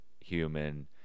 human